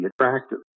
attractive